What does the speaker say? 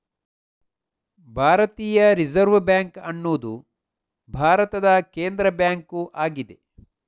ಭಾರತೀಯ Reserve Bank ಅನ್ನುದು ಭಾರತದ ಕೇಂದ್ರ ಬ್ಯಾಂಕು ಆಗಿದೆ